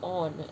on